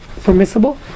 permissible